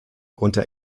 unter